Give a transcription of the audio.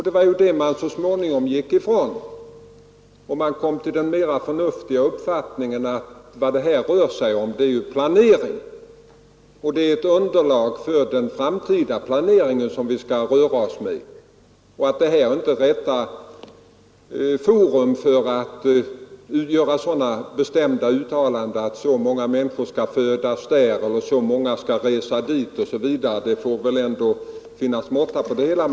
Det gick man så småningom ifrån, och man kom till den mera förnuftiga uppfattningen att det är ett underlag för den framtida planeringen som vi skall röra oss med och att det inte är möjligt att göra bestämda uttalanden om att så många människor skall födas där, så många skall resa dit osv. Det får väl ändå finnas måtta på styrningen.